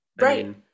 Right